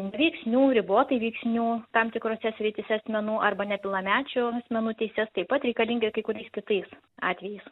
neveiksnių ribotai veiksnių tam tikrose srityse asmenų arba nepilnamečių asmenų teises taip pat reikalinga kai kuriais kitais atvejais